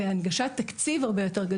נראה לי שהרכבת הזאת של הניסיון לזה כבר יצאה.